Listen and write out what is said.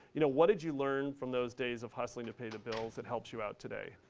you know what did you learn from those days of hustling to pay the bills that helps you out today?